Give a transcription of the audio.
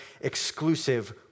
exclusive